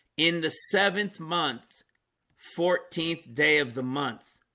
in the seventh month fourteenth day of the month